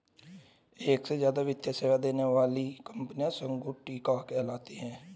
एक से ज्यादा वित्तीय सेवा देने वाली कंपनियां संगुटिका कहलाती हैं